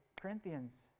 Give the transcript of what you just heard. Corinthians